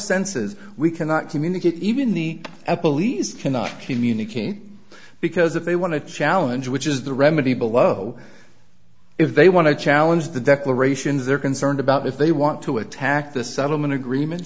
senses we cannot communicate even the apple lease cannot communicate because if they want to challenge which is the remedy below if they want to challenge the declarations they're concerned about if they want to attack the settlement agreement